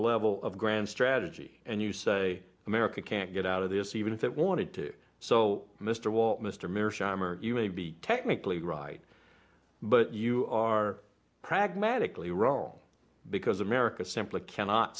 level of grand strategy and you say america can't get out of this even if it wanted to so mr walsh mr mir shimer you may be technically right but you are pragmatically wrong because america simply cannot